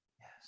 yes